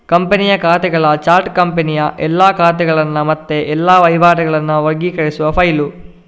ಕಂಪನಿಯ ಖಾತೆಗಳ ಚಾರ್ಟ್ ಕಂಪನಿಯ ಎಲ್ಲಾ ಖಾತೆಗಳನ್ನ ಮತ್ತೆ ಎಲ್ಲಾ ವಹಿವಾಟುಗಳನ್ನ ವರ್ಗೀಕರಿಸುವ ಫೈಲು